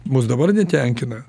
mus dabar tenkina